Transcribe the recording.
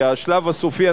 כי השלב הסופי,